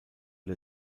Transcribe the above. der